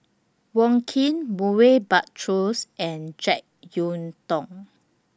Wong Keen Murray Buttrose and Jek Yeun Thong